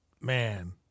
man